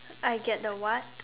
I get the what